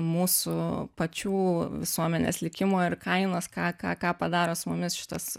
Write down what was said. mūsų pačių visuomenės likimo ir kainos ką ką ką padaro su mumis šitas